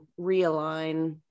realign